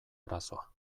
arazoa